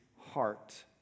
heart